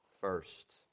First